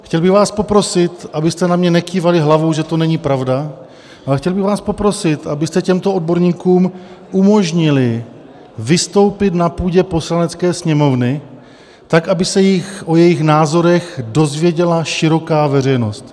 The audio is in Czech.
Chtěl bych vás poprosit, abyste na mě nekývali hlavou, že to není pravda, ale chtěl bych vás poprosit, abyste těmto odborníkům umožnili vystoupit na půdě Poslanecké sněmovny tak, aby se o jejich názorech dozvěděla široká veřejnost.